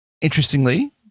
Interestingly